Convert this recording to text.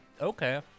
Okay